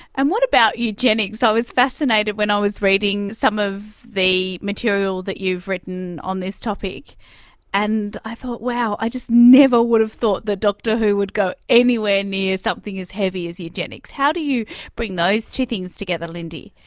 and what about eugenics? i was fascinated when i was reading some of the material that you've written on this topic and i thought, wow, i just never would have thought that doctor who would go anywhere near something as heavy as eugenics. how do you bring those two things together, lindy?